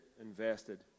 invested